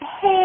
hey